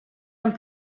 and